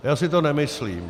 Já si to nemyslím.